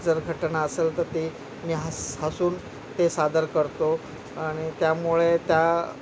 जर घटना असेल तर ते मी हस हसून ते सादर करतो आणि त्यामुळे त्या